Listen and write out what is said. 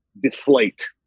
deflate